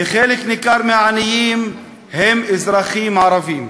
וחלק ניכר מהעניים הם אזרחים ערבים.